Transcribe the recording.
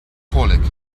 colic